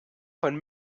von